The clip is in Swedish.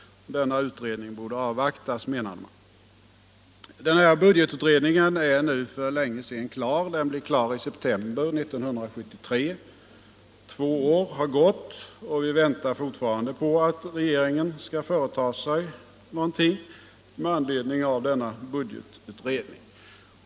Denna utredning borde avvaktas. Budgetutredningen är nu våren för länge sedan klar — den framlades i september 1973. Två år har gått, och vi väntar fortfarande på att regeringen skall företa sig något med anledning av denna budgetutredning.